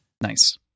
Nice